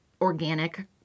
organic